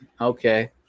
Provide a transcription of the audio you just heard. Okay